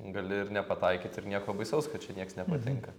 gali ir nepataikyt ir nieko baisaus kad čia nieks nepatinka